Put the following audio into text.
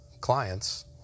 clients